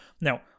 Now